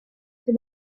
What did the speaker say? for